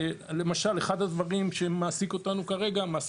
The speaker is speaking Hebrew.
למשל, אחד הדברים שמעסיקים אותנו כרגע הוא